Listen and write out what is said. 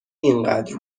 اینقدر